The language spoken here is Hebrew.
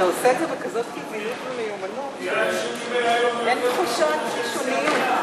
אתה עושה את זה בכזאת מיומנות שאין תחושת ראשוניות.